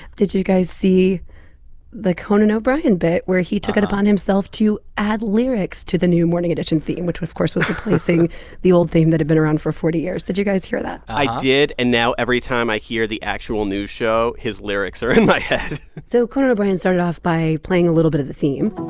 did you guys see the conan o'brien bit where he took it upon himself to add lyrics to the new morning edition theme, which, of course, was replacing the old theme that have been around for forty years? did you guys hear that? i did. and now every time i hear the actual news show, his lyrics are in my head so conan o'brien started off by playing a little bit of the theme